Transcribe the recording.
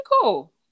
cool